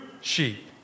sheep